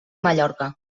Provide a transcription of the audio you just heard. mallorca